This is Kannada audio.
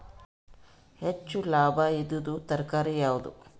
ಹೆಚ್ಚು ಲಾಭಾಯಿದುದು ತರಕಾರಿ ಯಾವಾದು?